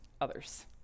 others